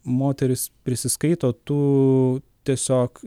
moteris prisiskaito tų tiesiog